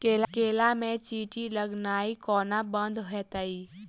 केला मे चींटी लगनाइ कोना बंद हेतइ?